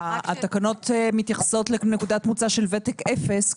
התקנות מתייחסות לנקודת מוצא של ותק אפס.